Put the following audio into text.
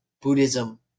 Buddhism